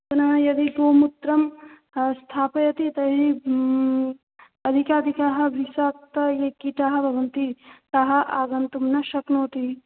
पुनः यदि गोमूत्रं स्थापयति तर्हि अधिकाधिकाः विषयुक्ताः ये कीटाः भवन्ति ते आगन्तुं न शक्नोति